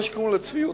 יש גם גבול לצביעות,